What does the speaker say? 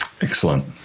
Excellent